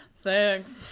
Thanks